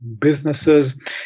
businesses